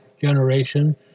generation